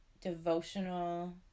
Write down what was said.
devotional